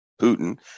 Putin